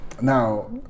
Now